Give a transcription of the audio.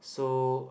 so